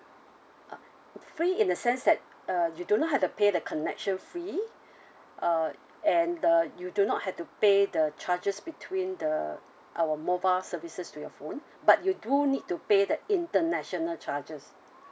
uh free in the sense that uh you do not have to pay the connection fee uh and uh you do not have to pay the charges between the our mobile services to your phone but you do need to pay the international charges